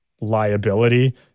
liability